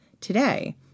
Today